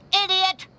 idiot